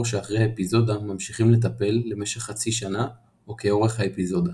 שאחרי האפיזודה ממשיכים לטפל למשך חצי שנה או כאורך האפיזודה.